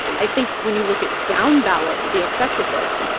i think when you look at down-ballot the effect of this,